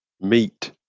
Meat